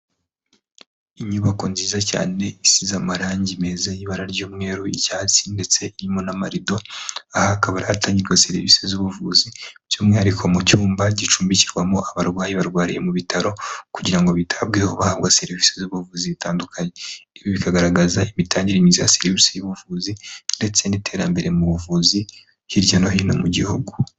Inyubako nziza cyane isize amarangi meza y'ibara ry'umweru, icyatsi ndetse irimo n'amarido, aha akaba ari ahatangirwa serivisi z'ubuvuzi by'umwihariko mu cyumba gicumbikirwamo abarwayi barwariye mu bitaro kugira ngo bitabweho bahabwa serivisi z'ubuvuzi zitandukanye. Ibi bikagaragaza imitangire myiza ya serivisi y'ubuvuzi ndetse n'iterambere mu buvuzi hirya no hino mu gihugu.